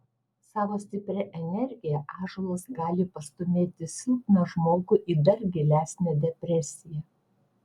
savo stipria energija ąžuolas gali pastūmėti silpną žmogų į dar gilesnę depresiją